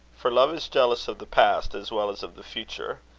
for love is jealous of the past as well as of the future.